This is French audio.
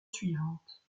suivante